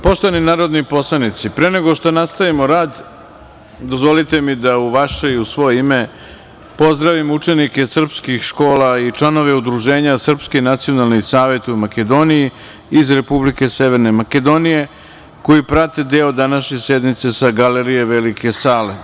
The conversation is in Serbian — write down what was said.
Poštovani narodni poslanici, pre nego što nastavimo rad, dozvolite mi da u vaše i u svoje ime pozdravim učenike srpskih škola i članove udruženja "Srpski nacionalni savet u Makedoniji" iz Republike Severne Makedonije, koji prate deo današnje sednice sa galerije velike sale.